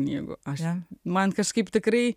jeigu aš ją man kažkaip tikrai